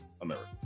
America